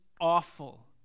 awful